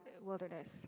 wilderness